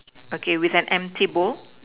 okay with an empty bowl